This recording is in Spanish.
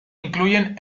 incluyen